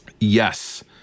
Yes